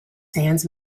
sands